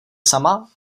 sama